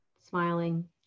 smiling